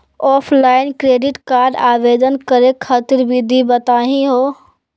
Offline credit card आवेदन करे खातिर विधि बताही हो?